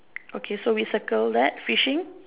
okay so we circle that fishing